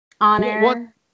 Honor